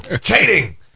cheating